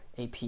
AP